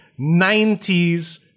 90s